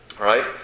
right